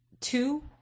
two